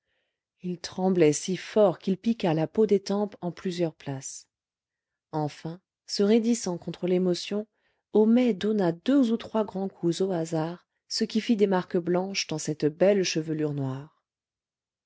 il tremblait si fort qu'il piqua la peau des tempes en plusieurs places enfin se raidissant contre l'émotion homais donna deux ou trois grands coups au hasard ce qui fit des marques blanches dans cette belle chevelure noire